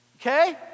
okay